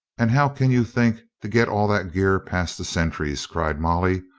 and how can you think to get all that gear past the sentries? cried molly,